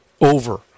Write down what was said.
over